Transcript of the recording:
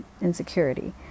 insecurity